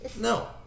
No